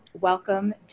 Welcome